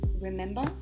remember